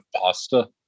pasta